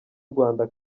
rwanda